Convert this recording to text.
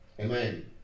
Amen